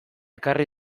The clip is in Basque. ekarri